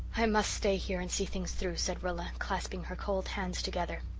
i must stay here and see things through, said rilla, clasping her cold hands together.